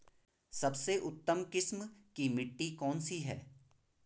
सबसे उत्तम किस्म की मिट्टी कौन सी है?